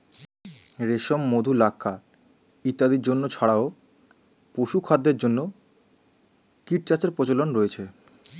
রেশম, মধু, লাক্ষা ইত্যাদির জন্য ছাড়াও পশুখাদ্যের জন্য কীটচাষের প্রচলন রয়েছে